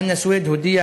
חנא סוייד הודיע